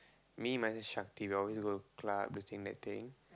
me myself Shakti we always go to club this thing that thing